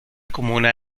comuna